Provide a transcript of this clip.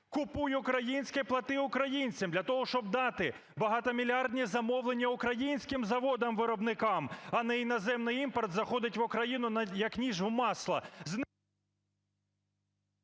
"Купуй українське, плати українцям!" для того, щоб дати багатомільярдні замовлення українським заводам виробникам, а не іноземний імпорт заходить в Україну, як ніж в масло…